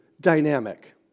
dynamic